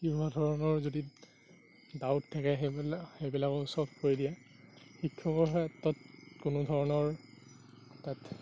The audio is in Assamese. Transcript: কিবা ধৰণৰ যদি ডাউট থাকে সেইবিলাক সেইবিলাকো চলভ কৰি দিয়ে শিক্ষকৰ ক্ষেত্ৰত কোনোধৰণৰ তাত